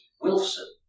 Wilson